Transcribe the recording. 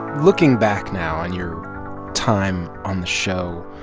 looking back now on your time on the show,